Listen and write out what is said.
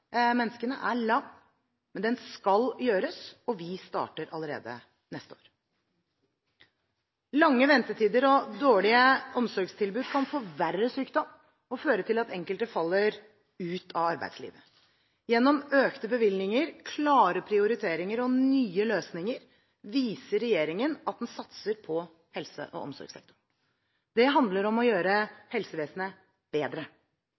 menneskene er lang, men den skal gjøres, og vi starter allerede neste år. Lange ventetider og dårlige omsorgstilbud kan forverre sykdom og føre til at enkelte faller ut av arbeidslivet. Gjennom økte bevilgninger, klare prioriteringer og nye løsninger viser regjeringen at den satser på helse- og omsorgssektoren. Det handler om å gjøre helsevesenet bedre.